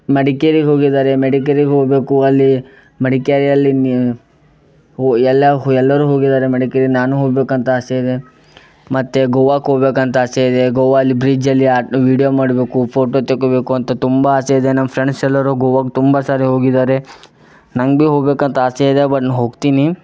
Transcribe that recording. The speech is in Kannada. ಮಡಿಕೇರಿಗೆ ಹೋಗಿದ್ದಾರೆ ಮಡಿಕೇರಿಗೆ ಹೋಗ್ಬೇಕು ಅಲ್ಲಿ ಮಡಿಕೇರಿಯಲ್ಲಿ ಎಲ್ಲ ಹೊ ಎಲ್ಲರು ಹೋಗಿದ್ದಾರೆ ಮಡಿಕೇರಿ ನಾನೂ ಹೋಗ್ಬೇಕಂತ ಆಸೆ ಇದೆ ಮತ್ತು ಗೋವಾಕ್ಕೆ ಹೋಗ್ಬೇಕಂತ ಆಸೆ ಇದೆ ಗೋವಾದಲ್ಲಿ ಬ್ರಿಜ್ಜಲ್ಲಿ ಆ ವೀಡಿಯೋ ಮಾಡಬೇಕು ಫೋಟೋ ತೆಕ್ಕೋಬೇಕು ಅಂತ ತುಂಬ ಆಸೆ ಇದೆ ನಮ್ಮ ಫ್ರೆಂಡ್ಸ್ ಎಲ್ಲರೂ ಗೋವಾಕ್ಕೆ ತುಂಬ ಸಾರಿ ಹೋಗಿದ್ದಾರೆ ನಂಗೆ ಬಿ ಹೋಗ್ಬೇಕಂತ ಆಸೆ ಇದೆ ಬಟ್ ನ ಹೋಗ್ತೀನಿ